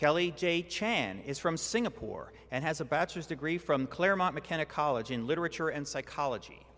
kelly chan is from singapore and has a bachelor's degree from claremont mckenna college in literature and psychology